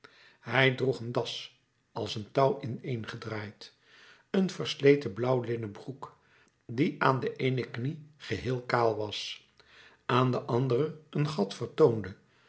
hij droeg een das als een touw ineengedraaid een versleten blauwlinnen broek die aan de eene knie geheel kaal was aan de andere een gat vertoonde